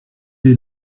est